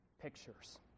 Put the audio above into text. pictures